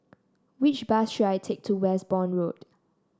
which bus should I take to Westbourne Road